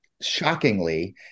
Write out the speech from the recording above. shockingly